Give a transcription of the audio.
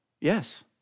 Yes